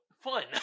fun